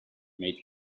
made